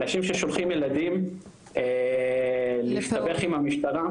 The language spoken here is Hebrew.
אנשים ששולחים ילדים להסתבך עם המשטרה,